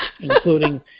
including